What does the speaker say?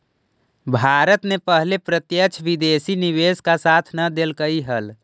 भारत ने पहले प्रत्यक्ष विदेशी निवेश का साथ न देलकइ हल